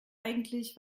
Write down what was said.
eigentlich